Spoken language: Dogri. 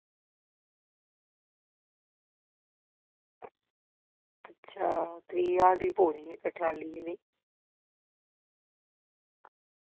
आं त्रीह् ज्हार रपे दी पौनी इक्क ट्राली